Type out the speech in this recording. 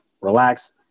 relax